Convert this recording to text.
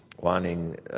wanting